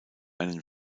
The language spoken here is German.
einen